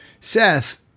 Seth